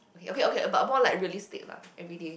okay okay about more like realistic lah everyday